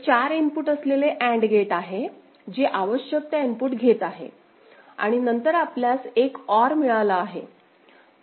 तर हे 4 इनपुट असलेले AND गेट आहे जे आवश्यक त्या इनपुट घेत आहे आणि नंतर आपल्यास एक OR मिळाला आहे